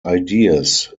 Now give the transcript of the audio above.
ideas